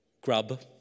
Grub